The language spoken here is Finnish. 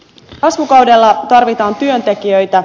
kasvukaudella tarvitaan työntekijöitä